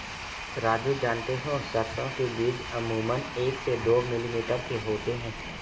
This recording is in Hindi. राजू जानते हो सरसों के बीज अमूमन एक से दो मिलीमीटर के होते हैं